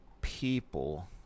people